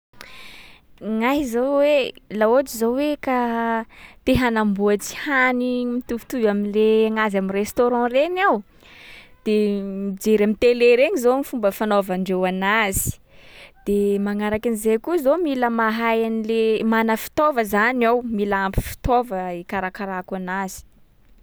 Gnahy zao hoe- laha ohatsy zao hoe ka te hanamboatsy hany mitovitovy am’le gnazy am'restaurant reny aho, de mijery am'télé regny zaho ny fomba fanaovandreo anazy. De magnaraky an’zay koa zao mila mahay an’le- mana fitaova zany aho, mila ampy fitaova ikarakarako anazy.